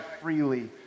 freely